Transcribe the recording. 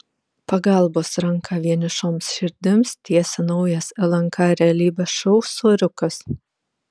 pagalbos ranką vienišoms širdims tiesia naujas lnk realybės šou soriukas